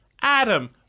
Adam